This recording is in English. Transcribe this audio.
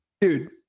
Dude